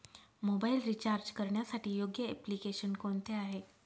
Mobile recharge करण्यासाठी योग्य application कोणते आहे?